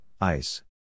ice